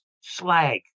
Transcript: slag